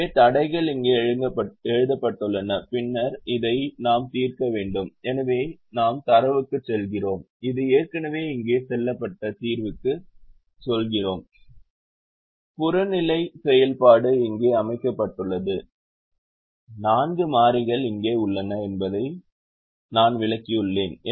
எனவே தடைகள் இங்கே எழுதப்பட்டுள்ளன பின்னர் இதை நாம் தீர்க்க வேண்டும் எனவே நாம் தரவுக்குச் செல்கிறோம் அது ஏற்கனவே இங்கே சொல்லப்பட்ட தீர்விக்குச் செல்கிறோம் புறநிலை செயல்பாடு இங்கே அமைக்கப்பட்டுள்ளது நான்கு மாறிகள் இங்கே உள்ளன என்பதை நான் விளக்கியுள்ளேன்